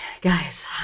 guys